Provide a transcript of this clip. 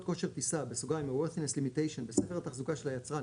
כושר טיסה" (Airworthiness Limitations) בספר התחזוקה של היצרן